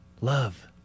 Love